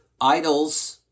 idols